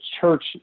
church